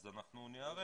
אז אנחנו ניערך.